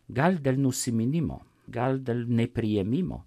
gal dėl nusiminimo gal dėl nepriėmimo